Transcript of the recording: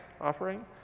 offering